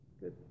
Good